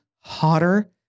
hotter